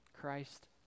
Christ